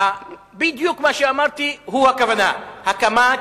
בדיוק מה שאמרתי הוא הכוונה: הקמת